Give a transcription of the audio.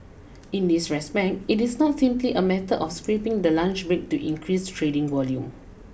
in this respect it is not simply a matter of scrapping the lunch break to increase trading volume